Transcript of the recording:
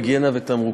היגיינה ותמרוקים).